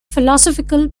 philosophical